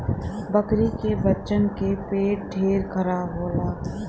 बकरी के बच्चन के पेट ढेर खराब होला